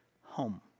home